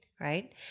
right